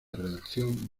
redacción